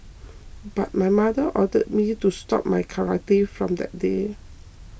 but my mother ordered me to stop my karate from that day